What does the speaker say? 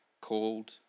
called